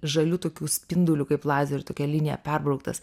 žalių tokių spindulių kaip lazerių tokia linija perbrauktas